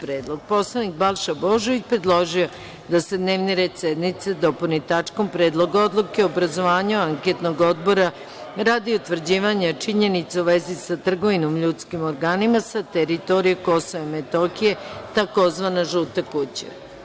Narodni poslanik Balša Božović predložio je da se dnevni red sednice dopuni tačkom – Predlog odluke o obrazovanju anketnog odbora radi utvrđivanja činjenica u vezi sa trgovinom ljudskim organima sa teritorije Kosova i Metohije, tzv. žuta kuća.